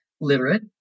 literate